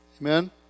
Amen